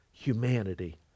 humanity